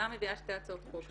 דיברנו על זה בישיבות הקודמות.